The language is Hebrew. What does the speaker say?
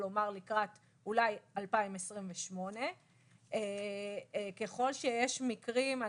כלומר אולי לקראת 2028. ככל שיש מקרים,